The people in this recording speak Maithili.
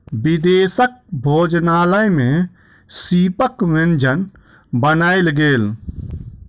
विदेशक भोजनालय में सीपक व्यंजन बनायल गेल